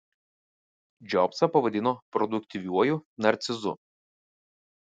džobsą pavadino produktyviuoju narcizu